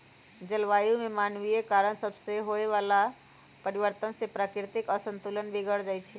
जलवायु में मानवीय कारण सभसे होए वला परिवर्तन से प्राकृतिक असंतुलन बिगर जाइ छइ